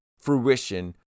fruition